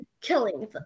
killing